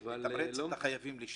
לתמרץ את החייבים לשלם,